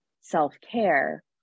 self-care